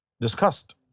discussed